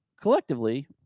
collectively